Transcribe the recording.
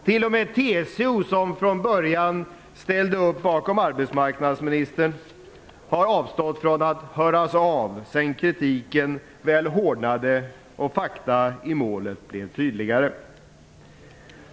T.o.m. TCO, som från början ställde upp bakom arbetsmarknadsministern, har avstått från att höras av sedan kritiken hårdnade och fakta i målet blev tydligare.